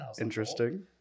Interesting